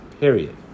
Period